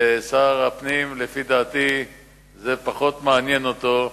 לדעתי, שר הפנים, זה פחות מעניין אותו.